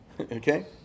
Okay